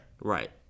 Right